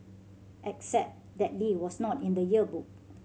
except that Lee was not in the yearbook